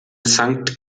sankt